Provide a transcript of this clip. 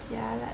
jialat